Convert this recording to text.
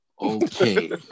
Okay